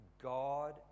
God